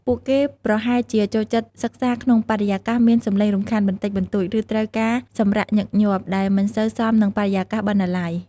ពួកគេប្រហែលជាចូលចិត្តសិក្សាក្នុងបរិយាកាសមានសម្លេងរំខានបន្តិចបន្តួច ឬត្រូវការសម្រាកញឹកញាប់ ដែលមិនសូវសមនឹងបរិយាកាសបណ្ណាល័យ។